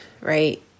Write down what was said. right